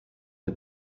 the